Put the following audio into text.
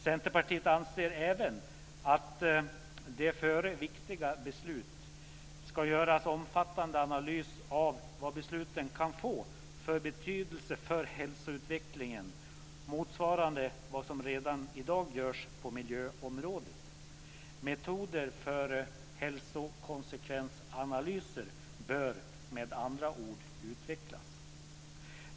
Centerpartiet anser även att det före viktiga beslut ska göras en omfattande analys av vad besluten kan få för betydelse för hälsoutvecklingen, motsvarande vad som redan i dag görs på miljöområdet. Metoder för hälsokonsekvensanalyser bör med andra ord utvecklas.